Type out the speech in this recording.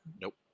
Nope